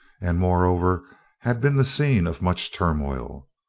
and moreover had been the scene of much turmoil.